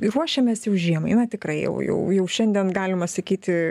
ir ruošiamės jau žiemai na tikrai jau jau jau šiandien galima sakyti